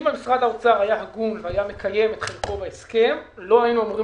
אם משרד האוצר היה הגון והיה מקיים את חלקו בהסכם לא היינו אמורים